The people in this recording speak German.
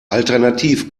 alternativ